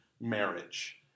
marriage